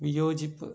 വിയോജിപ്പ്